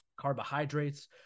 carbohydrates